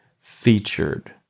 featured